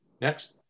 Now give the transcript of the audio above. Next